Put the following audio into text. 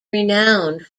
renowned